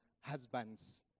husbands